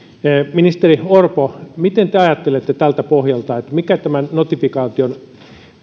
ministeri orpo miten te ajattelette tältä pohjalta mikä tämän notifikaation